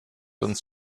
uns